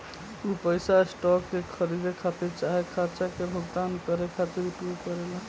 उ पइसा स्टॉक के खरीदे खातिर चाहे खर्चा के भुगतान करे खातिर उपयोग करेला